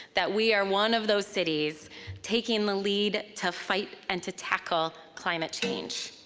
that we are one of those cities taking the lead to fight and to tackle climate change.